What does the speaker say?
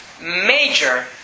major